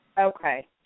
Okay